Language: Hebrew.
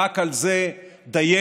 רק על זה דיינו,